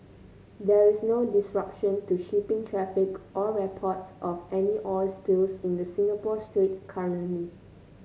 there is no disruption to shipping traffic or reports of any oil spills in the Singapore Strait currently